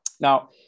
Now